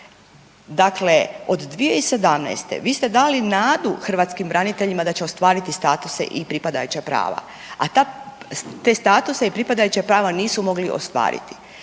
Dakle, od 2017. vi ste dali nadu hrvatskim braniteljima da će ostvariti statuse i pripadajuća prava, a te statuse i pripadajuća prava nisu mogli ostvariti.